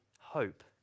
hope